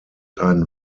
ein